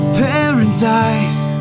paradise